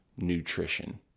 nutrition